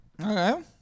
Okay